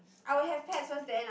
I would have pets first then I